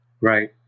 Right